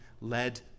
led